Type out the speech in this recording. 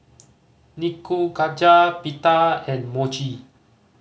Nikujaga Pita and Mochi